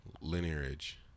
lineage